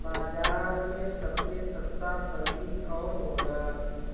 बाजार मे सबसे सस्ता सबजी कौन होला?